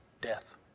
Death